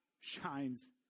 shines